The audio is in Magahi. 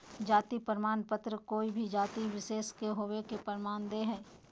जाति प्रमाण पत्र कोय भी जाति विशेष के होवय के प्रमाण दे हइ